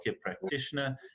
practitioner